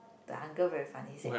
the uncle very funny he said